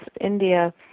India